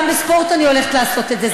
גם בספורט אני הולכת לעשות את זה.